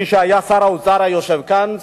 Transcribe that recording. מי שהיה שר האוצר יושב כאן.